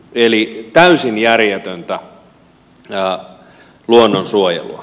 eli täysin järjetöntä luonnonsuojelua